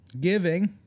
Giving